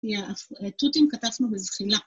‫תותים קטפנו בזחילה.